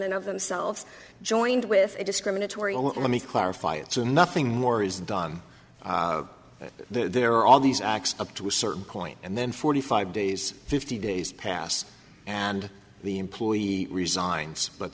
and of themselves joined with a discriminatory won't let me clarify it so nothing more is done there are all these acts up to a certain point and then forty five days fifty days pass and the employee resigns but